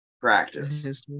practice